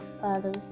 father's